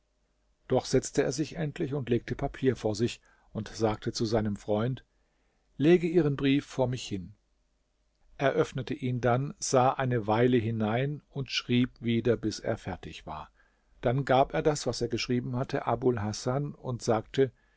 doch setzte er sich endlich und legte papier vor sich und sagte zu seinem freund lege ihren brief vor mich hin er öffnete ihn dann sah eine weile hinein und schrieb wieder bis er fertig war dann gab er das was er geschrieben hatte abul hasan und sagte